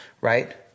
right